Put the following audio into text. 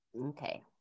Okay